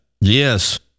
Yes